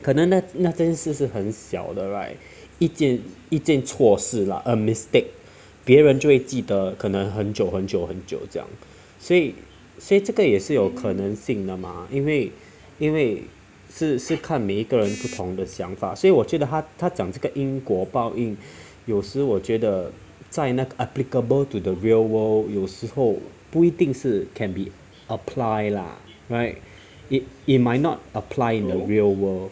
可能那件事是很小的 right 一件一件错事啦 a mistake 别人就会记得的可能很久很久很久这样所以这个也是很有可能性的吗因为因为是是看每个人不同的想法所以我觉得他他讲这个因果报应有时我觉得在那 applicable to the real world 有时候不一定是 can be apply lah right it it might not apply in the real world